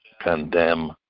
condemn